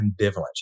ambivalent